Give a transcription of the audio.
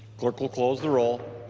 clerk will close the roll.